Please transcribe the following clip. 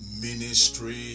Ministry